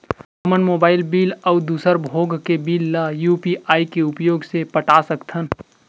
हमन mobile bill अउ दूसर भोग के बिल ला यू.पी.आई के उपयोग से पटा सकथन